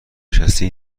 نشستی